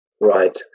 Right